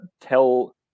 tell